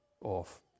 off